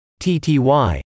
TTY